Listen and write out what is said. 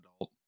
adult